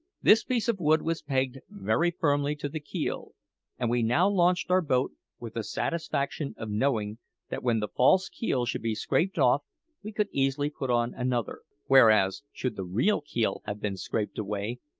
this piece of wood was pegged very firmly to the keel and we now launched our boat with the satisfaction of knowing that when the false keel should be scraped off we could easily put on another whereas, should the real keel have been scraped away,